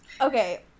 Okay